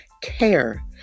Care